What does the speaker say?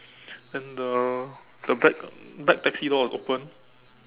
and the the back back taxi door is open